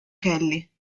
kelly